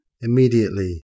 immediately